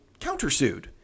countersued